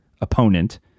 opponent